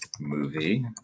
movie